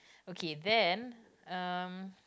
okay then um